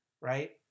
right